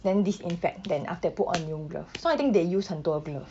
then disinfect then after that put on new glove so I think they use 很多 glove